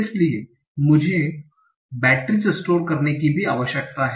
इसलिए मुझे batteries store करने की भी आवश्यकता है